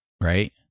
right